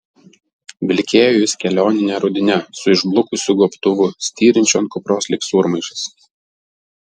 vilkėjo jis kelionine rudine su išblukusiu gobtuvu styrinčiu ant kupros lyg sūrmaišis